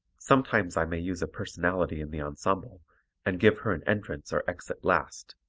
sometimes i may use a personality in the ensemble and give her an entrance or exit last.